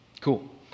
cool